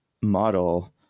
model